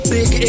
Big